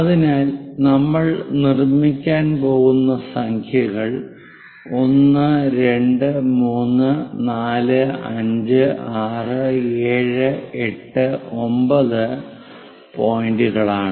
അതിനാൽ നമ്മൾ നിർമ്മിക്കാൻ പോകുന്ന സംഖ്യകൾ 1 2 3 4 5 6 7 8 9 പോയിന്റുകളാണ്